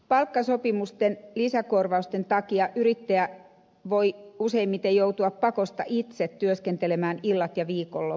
palkkasopimusten lisäkorvausten takia yrittäjä voi useimmiten joutua pakosta itse työskentelemään illat ja viikonloput